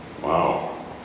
Wow